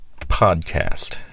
podcast